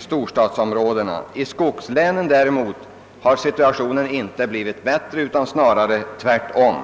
storstadsområdena. I skogslänen har däremot situationen inte blivit bättre utan snarare sämre.